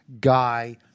guy